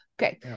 Okay